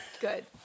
Good